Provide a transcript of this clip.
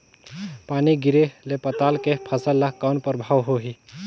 पानी गिरे ले पताल के फसल ल कौन प्रभाव होही?